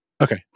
Okay